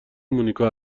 مونیکا